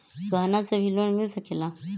गहना से भी लोने मिल सकेला?